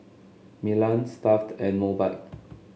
Milan Stuff'd and Mobike